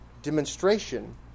Demonstration